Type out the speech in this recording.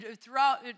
throughout